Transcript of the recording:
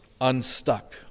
unstuck